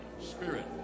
spirit